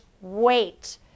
wait